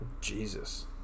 Jesus